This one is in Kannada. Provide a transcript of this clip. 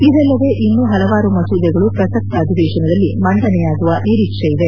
ಇದಲ್ಲದೇ ಇನ್ನೂ ಹಲವಾರು ಮಸೂದೆಗಳು ಪ್ರಸಕ್ತ ಅಧಿವೇಶನದಲ್ಲಿ ಮಂಡನೆಯಾಗುವ ನಿರೀಕ್ಷೆ ಇದೆ